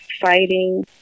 fighting